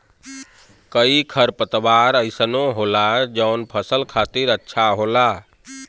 कई खरपतवार अइसनो होला जौन फसल खातिर अच्छा होला